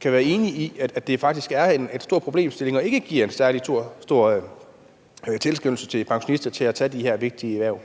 kan være enig i, at det faktisk er en stor problemstilling, og at det ikke giver en særlig stor tilskyndelse for pensionister til at tage de her vigtige hverv.